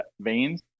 veins